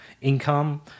income